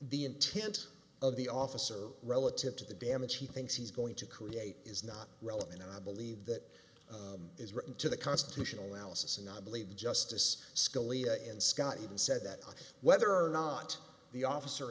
intent of the officer relative to the damage he thinks he's going to create is not relevant and i believe that is written to the constitutional analysis and i believe justice scalia and scott even said that whether or not the officer